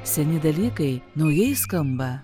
seni dalykai naujai skamba